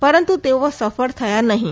પરંતુ તેઓ સફળ થયા નહીં